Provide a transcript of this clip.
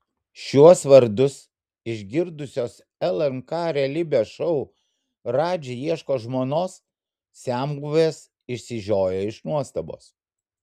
šiuos vardus išgirdusios lnk realybės šou radži ieško žmonos senbuvės išsižiojo iš nuostabos